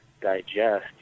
digest